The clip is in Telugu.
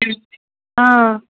ఆ